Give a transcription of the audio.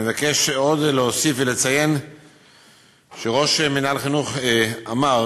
אני מבקש עוד להוסיף ולציין שראש מינהל חינוך אמר